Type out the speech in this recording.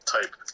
type